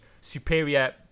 superior